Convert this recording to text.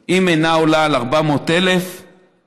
אם היא אינה עולה על 400,000 ש"ח,